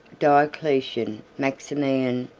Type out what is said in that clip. diocletian, maximian,